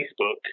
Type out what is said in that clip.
Facebook